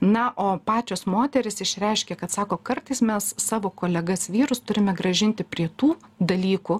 na o pačios moterys išreiškia kad sako kartais mes savo kolegas vyrus turime grąžinti prie tų dalykų